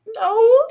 No